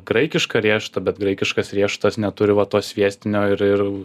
graikišką riešutą bet graikiškas riešutas neturi va to sviestinio ir ir